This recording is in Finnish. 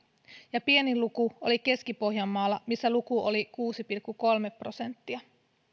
ja pienin luku oli keski pohjanmaalla missä luku oli kuusi pilkku kolme prosenttia